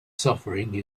suffering